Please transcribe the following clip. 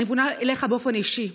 אני פונה אליך באופן אישי: